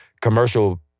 commercial